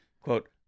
quote